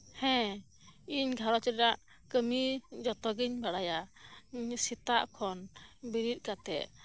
ᱦᱮᱸ ᱤᱧᱜᱷᱟᱨᱚᱧ ᱨᱮᱱᱟᱜ ᱠᱟᱹᱢᱤ ᱡᱷᱚᱛᱚᱜᱤᱧ ᱵᱟᱲᱟᱭᱟ ᱥᱮᱛᱟᱜ ᱠᱷᱚᱱ ᱵᱮᱨᱮᱫ ᱠᱟᱛᱮ